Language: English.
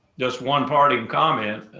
just one parting comment.